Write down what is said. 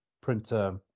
printer